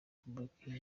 repubulika